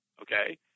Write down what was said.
Okay